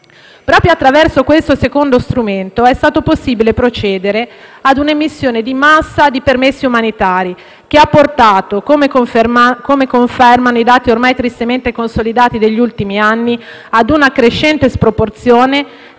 Proprio attraverso questo secondo strumento è stato possibile procedere a una emissione di massa di permessi umanitari che ha portato - come confermano i dati ormai tristemente consolidati degli ultimi anni - a una crescente sproporzione